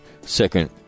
Second